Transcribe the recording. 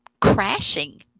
crashing